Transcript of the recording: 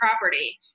property